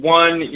one